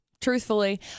truthfully